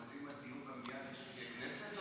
אנחנו מצביעים על דיון במליאה כשתהיה כנסת,